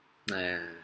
ah yeah